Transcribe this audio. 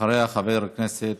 אחריה, חבר הכנסת